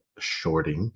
shorting